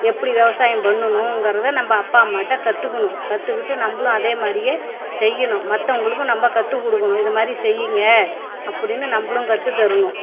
எப்படி விவசாயம் பண்ணணுங்கிறதை நம்ம அப்பா அம்மாகிட்ட கற்றுக்கணும் கற்றுக்கிட்டு நம்மளும் அதே மாதிரியே செய்யணும் மற்றவங்களுக்கும் நம்ம கற்றுக் கொடுக்கணும் இது மாதிரி செய்யுங்க அப்படினு நம்மளும் கற்றுத் தரணும்